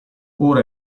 ora